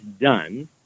done